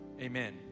Amen